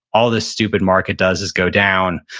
all this stupid market does is go down,